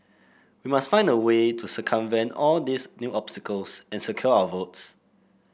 we must find a way to circumvent all these new obstacles and secure our votes